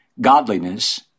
Godliness